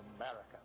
America